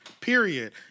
period